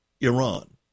Iran